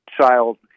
child